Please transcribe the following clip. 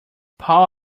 paul